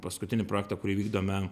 paskutinį projektą kurį vykdome